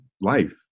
life